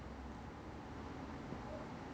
so you have to you have to work from home lor